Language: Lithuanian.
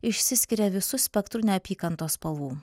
išsiskiria visu spektru neapykantos spalvų